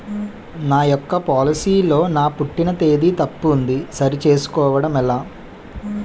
నా యెక్క పోలసీ లో నా పుట్టిన తేదీ తప్పు ఉంది సరి చేసుకోవడం ఎలా?